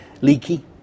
Leaky